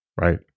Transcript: Right